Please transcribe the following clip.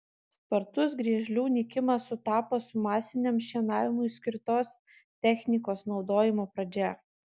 spartus griežlių nykimas sutapo su masiniam šienavimui skirtos technikos naudojimo pradžia